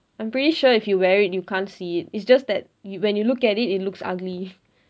I'm pretty sure if you wear it you can't see it it's just that when you look at it it looks ugly